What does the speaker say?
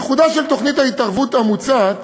ייחודה של תוכנית ההתערבות המוצעת